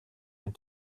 and